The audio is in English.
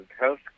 health